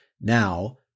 Now